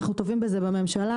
אנחנו טובים בזה בממשלה.